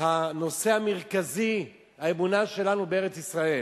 הנושא המרכזי: האמונה שלנו בארץ-ישראל.